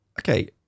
Okay